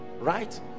right